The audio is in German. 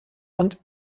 und